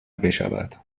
بشود